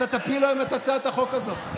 אתה תפיל היום את הצעת החוק הזאת.